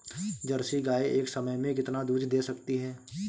Jersey गाय एक समय में कितना दूध दे सकती है?